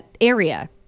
area